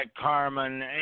Carmen